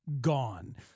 gone